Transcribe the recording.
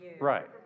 Right